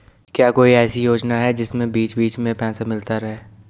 क्या कोई ऐसी योजना है जिसमें बीच बीच में पैसा मिलता रहे?